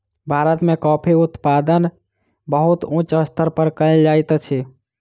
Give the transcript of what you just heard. भारत में कॉफ़ी उत्पादन बहुत उच्च स्तर पर कयल जाइत अछि